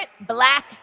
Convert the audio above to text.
black